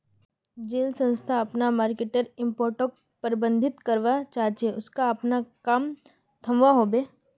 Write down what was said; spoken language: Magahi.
जेल संस्था अपना मर्केटर इम्पैक्टोक प्रबधित करवा चाह्चे उसाक अपना काम थम्वा होबे